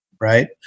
right